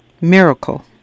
Miracle